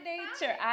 nature